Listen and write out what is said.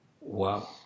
Wow